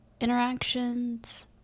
interactions